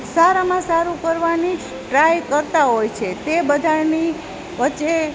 સારામાં સારું કરવાની જ ટ્રાય કરતાં હોય છે તે બધાંની વચ્ચે